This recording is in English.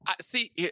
see